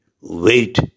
wait